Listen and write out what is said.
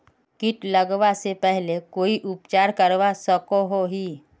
किट लगवा से पहले कोई उपचार करवा सकोहो ही?